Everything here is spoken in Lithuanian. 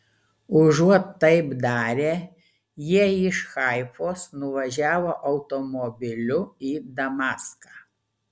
užuot taip darę jie iš haifos nuvažiavo automobiliu į damaską